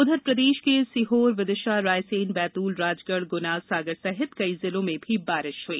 उधर प्रदेश के सीहोर विदिशा रायसेन बैतूल राजगढ़ गुना सागर सहित कई जिलों में भी बारिश हुई